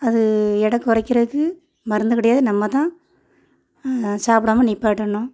அது எடை குறைக்கிறக்கு மருந்து கிடையாது நம்ம தான் சாப்பிடாம நிப்பாட்டணும்